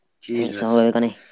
Jesus